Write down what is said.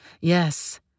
Yes